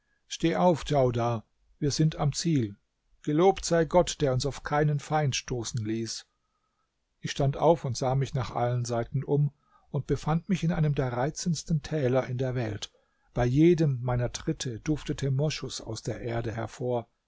steh auf djaudar wir sind am ziel gelobt sei gott der uns auf keinen feind stoßen ließ ich stand auf und sah mich nach allen seiten um und befand mich in einem der reizendsten täler in der welt bei jedem meiner tritte duftete moschus aus der erde hervor